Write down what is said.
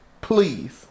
please